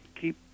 keep